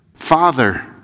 Father